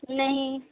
ਨਹੀਂ